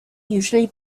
usually